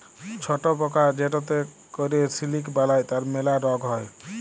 ছট পকা যেটতে ক্যরে সিলিক বালাই তার ম্যালা রগ হ্যয়